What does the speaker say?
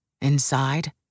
Inside